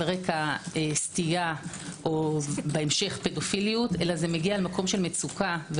רקע סטייה או בהמשך פדופיליות אלא זה מגיע ממקום של מצוקה.